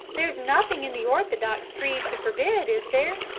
there's nothing in the orthodox creed to forbid, is there?